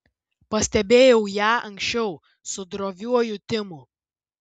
pastebėjau ją anksčiau su droviuoju timu